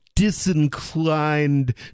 disinclined